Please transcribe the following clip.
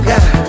God